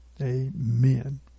Amen